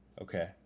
Okay